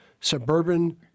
suburban